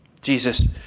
Jesus